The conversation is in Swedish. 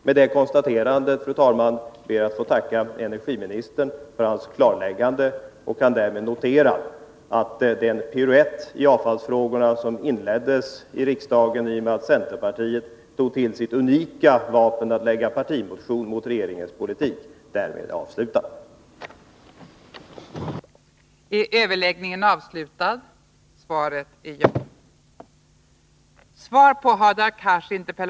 Med det konstaterandet ber jag att få tacka energiministern för hans klarläggande och kan notera att den piruett i avfallsfrågorna som inleddes i riksdagen genom att centerpartiet tog till det unika vapnet att väcka en partimotion mot regeringens politik därmed är avslutad. att underlätta installation av braskaminer